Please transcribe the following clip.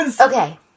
okay